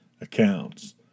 accounts